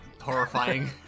Horrifying